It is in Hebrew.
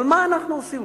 אבל מה אנחנו עשינו?